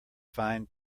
fine